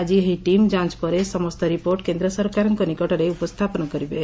ଆଜି ଏହି ଟିମ୍ ଯାଞ ପରେ ସମସ୍ତ ରିପୋର୍ଟ କେନ୍ଦ୍ର ସରକାରଙ୍କ ନିକଟରେ ଉପସ୍ତାପନ କରିବେ